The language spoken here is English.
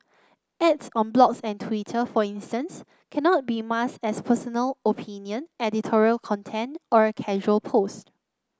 ads on blogs and Twitter for instance cannot be masked as personal opinion editorial content or a casual post